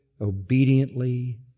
obediently